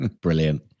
Brilliant